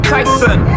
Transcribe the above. Tyson